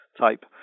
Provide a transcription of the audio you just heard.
type